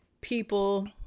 people